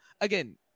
again